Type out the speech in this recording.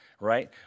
right